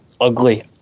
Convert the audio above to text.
ugly